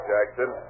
Jackson